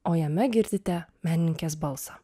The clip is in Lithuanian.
o jame girdite menininkės balsą